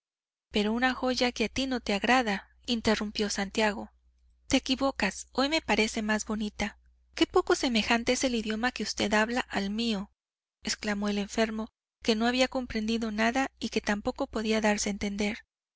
pero una joya que a ti no te agrada interrumpió santiago te equivocas hoy me parece más bonita qué poco semejante es el idioma que usted habla al mío exclamó el enfermo que no había comprendido nada y que tampoco podía darse a entender